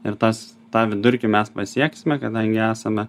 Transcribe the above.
ir tas tą vidurkį mes pasieksime kadangi esame